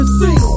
see